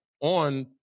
on